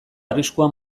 arriskua